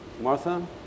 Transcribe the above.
Martha